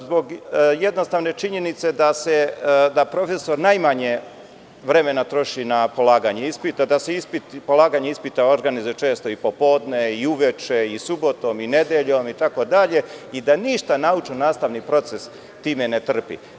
Zbog jednostavne činjenice da profesor najmanje vremena troši na polaganje ispita, da se polaganje ispita često organizuje popodne i uveče i subotom i nedeljom i da ništa naučno-nastavni proces time ne trpi.